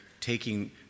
taking